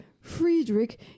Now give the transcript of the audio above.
Friedrich